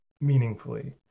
meaningfully